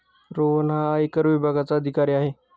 रोहन हा आयकर विभागाचा अधिकारी आहे